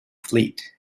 fleet